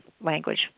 language